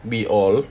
we all